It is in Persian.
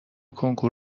کنکور